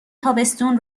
تابستون